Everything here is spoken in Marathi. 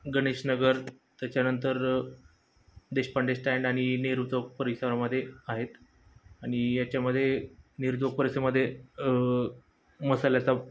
गणेशनगर त्याच्यानंतर देशपांडे स्टँड आणि नेहरुचौक परिसरामधे आहेत आणि याच्यामध्ये नेहरुचौक परिसरमध्ये मसाल्याचा